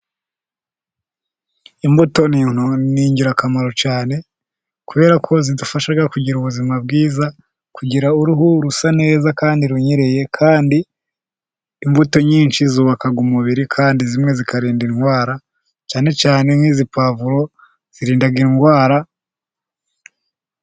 Imbuto n'igirakamaro cyane kubera ko zidufasha kugira ubuzima bwiza, kugira uruhu rusa neza kandi runyereye kandi imbuto nyinshi zubaka umubiri kandi zimwe zikarinda indwara cyane cyanee nk'izipavuro zirinda indwara.